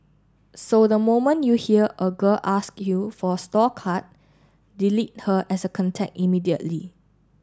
so the moment you hear a girl ask you for a store card delete her as a contact immediately